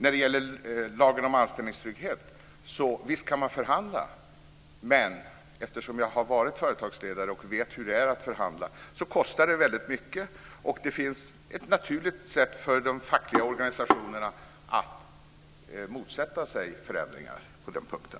Beträffande lagen om anställningstrygghet, så visst kan man förhandla, men eftersom jag har varit företagsledare och vet hur det är att förhandla kan jag säga att det kostar väldigt mycket, och det finns ett naturligt sätt för de fackliga organisationerna att motsätta sig förändringar på den punkten.